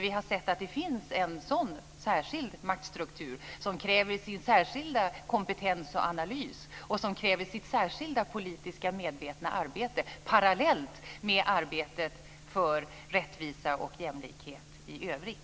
Vi har sett att det finns en sådan särskild maktstruktur som kräver sin särskilda kompetens och analys och som kräver sitt särskilda politiska medvetna arbete parallellt med arbetet för rättvisa och jämlikhet i övrigt.